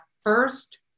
first